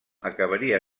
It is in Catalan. acabaria